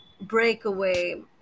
breakaway